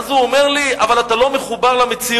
ואז הוא אומר לי: אבל אתה לא מחובר למציאות.